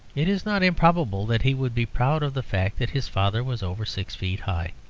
it is not improbable that he would be proud of the fact that his father was over six feet high.